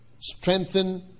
strengthen